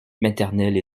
maternelle